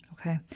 Okay